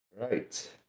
right